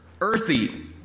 Earthy